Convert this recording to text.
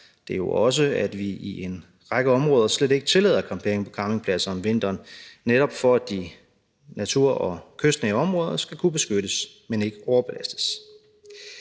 er det jo også, at vi i en række områder slet ikke tillader campering på campingpladser om vinteren. Det er netop for, at de natur- og kystnære områder skal kunne beskyttes, men ikke overbelastes.